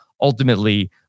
ultimately